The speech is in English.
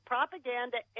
Propaganda